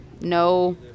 no